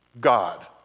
God